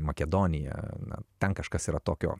makedoniją na ten kažkas yra tokio